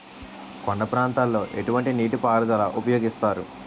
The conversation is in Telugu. కొండ ప్రాంతాల్లో ఎటువంటి నీటి పారుదల ఉపయోగిస్తారు?